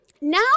now